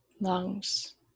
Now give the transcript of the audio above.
lungs